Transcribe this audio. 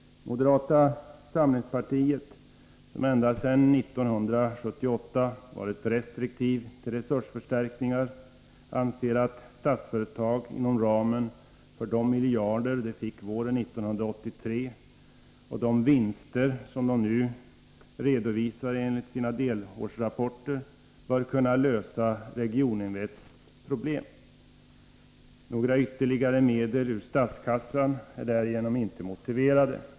Moderata samlingspartiet, som ända sedan 1978 varit restriktivt inställt till resursförstärkningar i detta sammanhang, anser att Statsföretag inom ramen för de miljarder det fick våren 1983 och de vinster som det nu redovisar enligt sina delårsrapporter, bör kunna lösa Regioninvests problem. Några ytterligare medel ur statskassan är därmed inte motiverade.